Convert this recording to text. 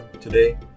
today